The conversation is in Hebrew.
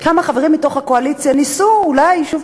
כמה חברים מתוך הקואליציה ניסו אולי שוב,